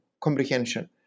comprehension